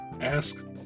ask